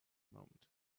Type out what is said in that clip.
moment